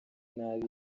nabi